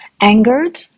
angered